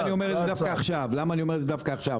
אבל אני אגיד לך למה אני אומר את זה דווקא עכשיו.